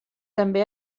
també